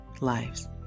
lives